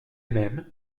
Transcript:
mêmes